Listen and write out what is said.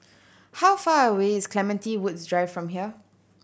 how far away is Clementi Woods Drive from here